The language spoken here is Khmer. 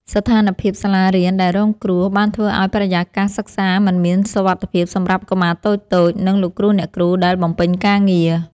ស្ថានភាពសាលារៀនដែលរងគ្រោះ បានធ្វើឱ្យបរិយាកាសសិក្សាមិនមានសុវត្ថិភាពសម្រាប់កុមារតូចៗ និង លោកគ្រូអ្នកគ្រូដែលបំពេញការងារ។